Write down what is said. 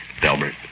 Delbert